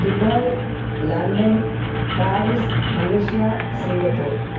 Dubai London Paris Malaysia Singapore